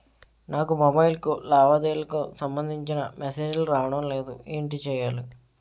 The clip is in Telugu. నాకు మొబైల్ కు లావాదేవీలకు సంబందించిన మేసేజిలు రావడం లేదు ఏంటి చేయాలి?